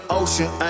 ocean